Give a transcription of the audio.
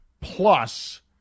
plus